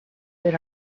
that